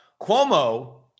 cuomo